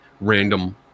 random